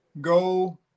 go